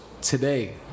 today